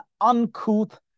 uncouth